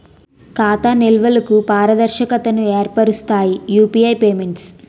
ఖాతా నిల్వలకు పారదర్శకతను ఏర్పరుస్తాయి యూపీఐ పేమెంట్స్